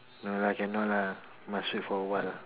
no lah cannot lah must wait for a while lah